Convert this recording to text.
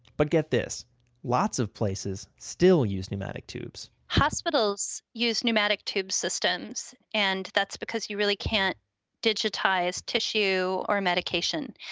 but get this lots of places still use pneumatic tubes hospitals use pneumatic tube systems, and that's because you really can't digitize tissue or medication.